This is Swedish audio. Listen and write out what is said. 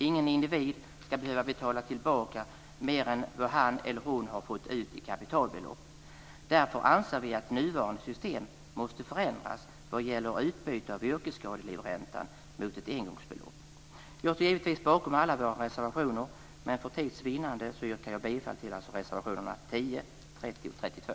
Ingen individ ska behöva betala tillbaka mer än vad han eller hon har fått ut i kapitalbelopp. Därför anser vi att nuvarande system måste förändras vad gäller utbyte av yrkesskadelivränta mot ett engångsbelopp. Jag står givetvis bakom alla våra reservationer, men för tids vinnande yrkar jag alltså bifall till reservationerna 10, 30 och 32.